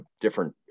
different